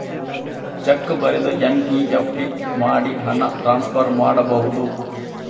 Check ಬರೆದು NEFT ಮಾಡಿ ಹಣ ಟ್ರಾನ್ಸ್ಫರ್ ಮಾಡಬಹುದು?